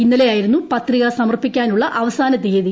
ഇന്നലെയായിരുന്നു പത്രിക സമർപ്പിക്കാനുള്ള അവസാന തീയതി